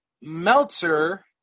Meltzer